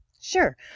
Sure